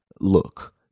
look